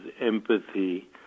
empathy